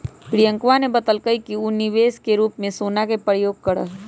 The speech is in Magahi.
प्रियंकवा ने बतल कई कि ऊ निवेश के रूप में सोना के प्रयोग करा हई